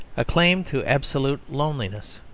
a claim to absolute loneliness.